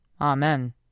Amen